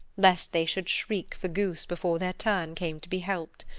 lest they should shriek for goose before their turn came to be helped.